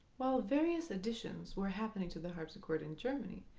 while various additions were happening to the harpsichord in germany,